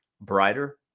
brighter